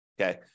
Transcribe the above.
Okay